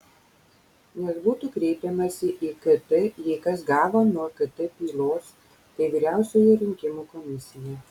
nes būtų kreipiamasi į kt jei kas gavo nuo kt pylos tai vyriausioji rinkimų komisija